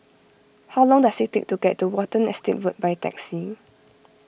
how long does it take to get to Watten Estate Road by taxi